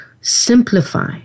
Simplify